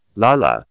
lala